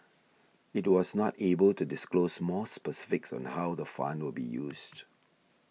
it was not able to disclose more specifics on how the fund will be used